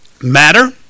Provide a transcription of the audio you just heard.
matter